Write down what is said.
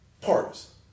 Parts